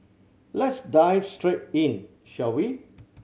let's dive straight in shall we